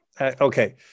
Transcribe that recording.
okay